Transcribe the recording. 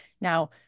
Now